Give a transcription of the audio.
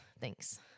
Thanks